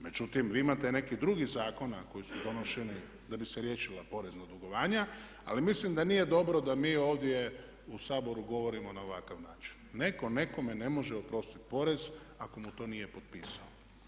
Međutim, vi imate nekih drugih zakona koji su donošeni kako bi se riješila porezna dugovanja ali mislim da nije dobro da mi ovdje u Saboru govorimo na ovakav način, netko nekome ne može oprostiti porez ako mu to nije potpisao.